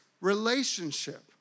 relationship